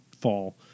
fall